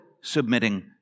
submitting